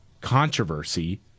controversy